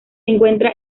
encuentra